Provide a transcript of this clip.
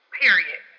period